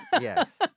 Yes